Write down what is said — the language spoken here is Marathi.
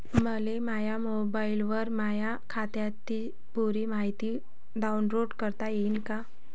मले माह्या मोबाईलवर माह्या खात्याची पुरी मायती डाऊनलोड करता येते का?